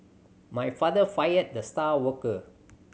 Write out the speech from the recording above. my father fired the star worker